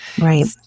Right